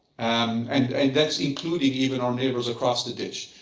um and and that's including even our neighbours across the ditch.